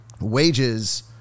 wages